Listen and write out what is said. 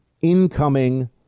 incoming